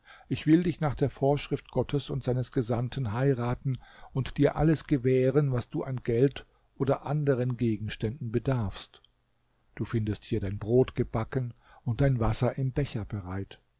ich will dich nach der vorschrift gottes und seines gesandten heiraten und dir alles gewähren was du an geld oder anderen gegenständen bedarfst du findest hier dein brot gebacken und dein wasser im becher bereit